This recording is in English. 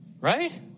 right